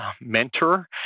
mentor